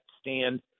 stand